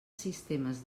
sistemes